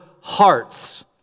hearts